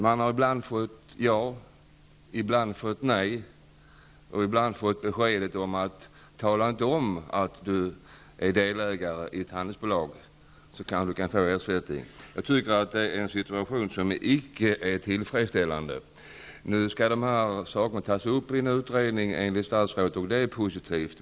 De har ibland fått beskedet ja, ibland nej, och ibland beskedet att de inte skall tala om att de är delägare i ett handelsbolag, eftersom de i så fall kan få ersättning. Jag tycker att det är en situation som icke är tillfredsställande. Enligt statsrådet skall dessa frågor tas upp i en utredning, och det är positivt.